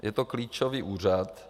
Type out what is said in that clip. Je to klíčový úřad.